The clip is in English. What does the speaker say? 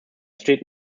street